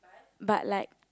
but like